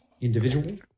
individual